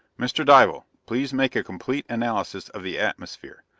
mr. dival, please make a complete analysis of the atmosphere.